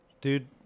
Dude